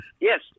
yes